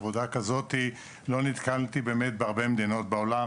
שעושה עבודה שלא נתקלתי בכמוה בהרבה מדינות בעולם,